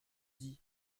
dis